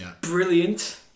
brilliant